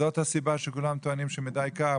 זאת הסיבה שכולם טוענים שמידי קר.